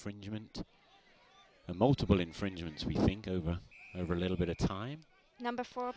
for enjoyment and multiple infringements we think over every little bit of time number fo